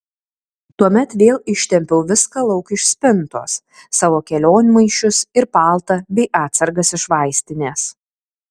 tuomet vėl ištempiau viską lauk iš spintos savo kelionmaišius ir paltą bei atsargas iš vaistinės